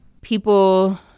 people